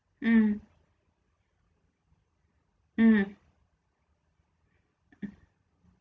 mm mm